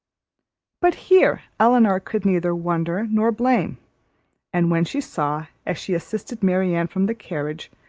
but here, elinor could neither wonder nor blame and when she saw, as she assisted marianne from the carriage,